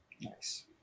Nice